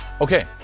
Okay